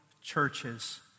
churches